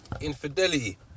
Infidelity